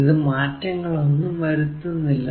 ഇത് മാറ്റങ്ങൾ ഒന്നും വരുത്തുന്നില്ല